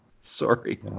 Sorry